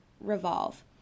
revolve